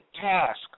task